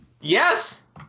yes